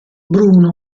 bruno